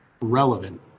relevant